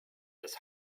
this